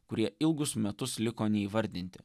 kurie ilgus metus liko neįvardinti